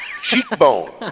Cheekbone